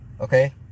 Okay